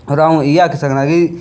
होर अंऊ इयै आक्खी सकना कि